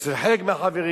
אצל חלק מהחברים.